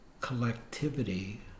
collectivity